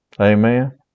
Amen